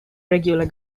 regular